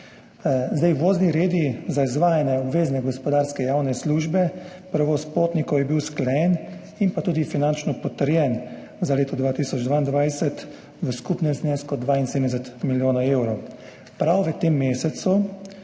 sredstev. Vozni redi za izvajanje obvezne gospodarske javne službe – prevoz potnikov je bil usklajen in tudi finančno potrjen za leto 2022 v skupnem znesku 72 milijonov evrov. Prav v tem mesecu